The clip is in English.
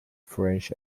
french